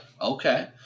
Okay